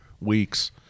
weeks